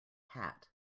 hat